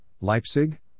Leipzig